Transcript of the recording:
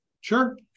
Sure